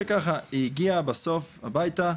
ונספר שהיא הגיעה בסוף הביתה,